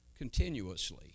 continuously